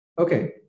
Okay